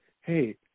hey